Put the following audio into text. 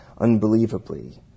unbelievably